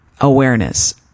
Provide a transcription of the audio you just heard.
Awareness